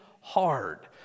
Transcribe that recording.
hard